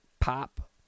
Pop